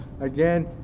Again